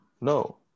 No